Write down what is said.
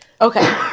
okay